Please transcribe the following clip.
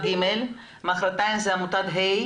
מחר זה עמותה ג',